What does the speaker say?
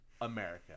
America